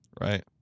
right